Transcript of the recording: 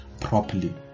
properly